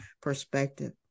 perspective